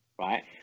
right